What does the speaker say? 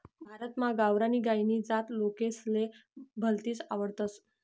भारतमा गावरानी गायनी जात लोकेसले भलतीस आवडस